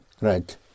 Right